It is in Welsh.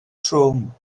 trwm